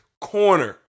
corner